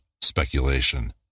speculation